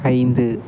ஐந்து